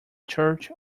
church